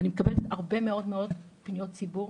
אני מקבלת הרבה מאוד פניות ציבור,